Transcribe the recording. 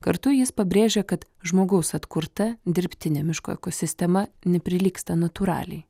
kartu jis pabrėžė kad žmogaus atkurta dirbtine miško ekosistema neprilygsta natūraliai